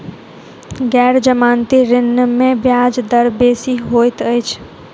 गैर जमानती ऋण में ब्याज दर बेसी होइत अछि